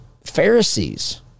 Pharisees